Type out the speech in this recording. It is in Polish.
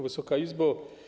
Wysoka Izbo!